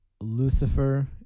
Lucifer